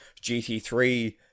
GT3